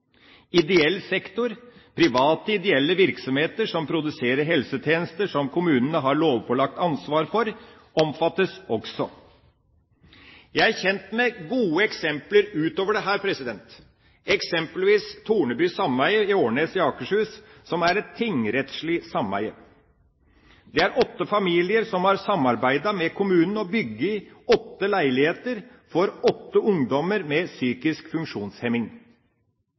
Ideell sektor, private ideelle virksomheter som produserer helsetjenester som kommunen har lovpålagt ansvar for, omfattes også. Jeg er kjent med gode eksempler utover dette, som Torneby Sameie på Årnes i Akershus, som er et tingsrettslig sameie. Det er åtte familier som har samarbeidet med kommunen og bygd åtte leiligheter for åtte ungdommer med psykisk